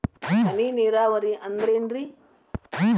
ಹನಿ ನೇರಾವರಿ ಅಂದ್ರೇನ್ರೇ?